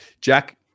Jack